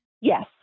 Yes